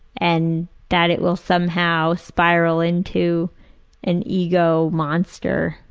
and that it will somehow spiral into an ego monster.